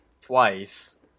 twice